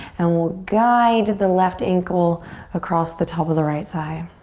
and we'll guide the left ankle across the top of the right thigh.